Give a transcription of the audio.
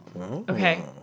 Okay